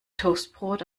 toastbrot